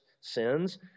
sins